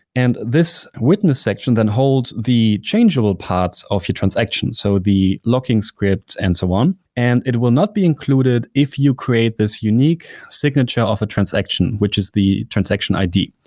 and this witness section then holds the changeable parts of your transaction, so the locking scripts and someone, and it will not be included if you create this unique signature of a transaction, which is the transection id.